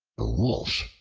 the wolf,